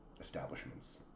establishments